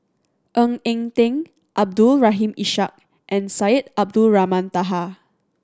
Ng Eng Teng Abdul Rahim Ishak and Syed Abdulrahman Taha